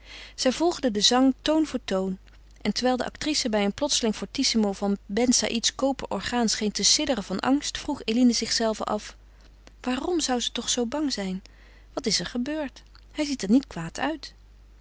zij volgde den zang toon voor toon en terwijl de actrice bij een plotseling fortissimo van ben saïds koper orgaan scheen te sidderen van angst vroeg eline zichzelve af waarom zou ze toch zoo bang zijn wat is er gebeurd hij ziet er niet kwaad uit